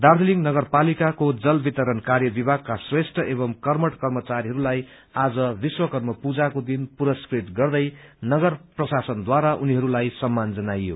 दार्जीलिङ नगरपालिकाको जल वितरण कार्य विभागका श्रेष्ठ एवम् कर्मठ कर्मचारीहरूलाई आज विश्वकर्मा पूजाको दिन पुरस्कृत गर्दै नगर प्रशासनद्वारा उनीहरूलाई सम्मान जनाइयो